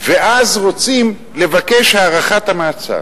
ואז רוצים לבקש הארכת המעצר.